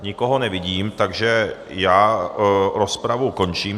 Nikoho nevidím, takže rozpravu končím.